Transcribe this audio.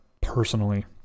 personally